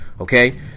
Okay